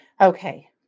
Okay